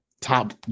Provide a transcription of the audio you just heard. top